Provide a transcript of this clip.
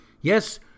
Yes